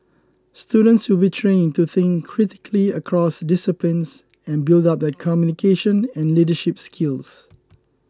students will be trained to think critically across disciplines and build up their communication and leadership skills